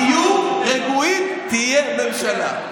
תהיו רגועים, תהיה ממשלה.